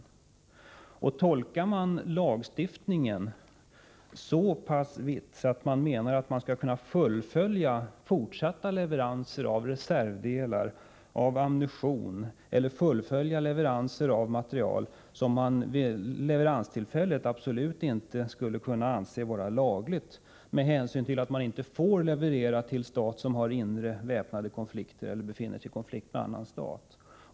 Gör regeringen en så vid tolkning av lagstiftningen att regeringen menar att man skall kunna fullfölja sådana leveranser av reservdelar, ammunition eller annan materiel som vid leveranstillfället absolut inte skulle kunna betraktas som lagliga med hänsyn till att man inte får leverera till stat som har inre, väpnade konflikter eller som befinner sig i konflikt med annan stat?